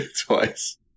twice